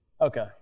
okay